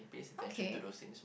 okay